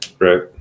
Right